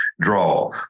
draw